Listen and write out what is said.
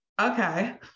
okay